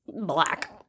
black